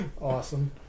Awesome